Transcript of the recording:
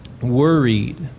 worried